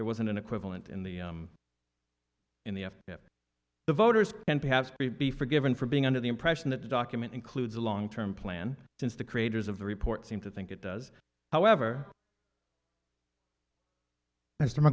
it was an equivalent in the in the the voters and perhaps be forgiven for being under the impression that the document includes a long term plan since the creators of the report seem to think it does however